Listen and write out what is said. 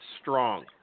strong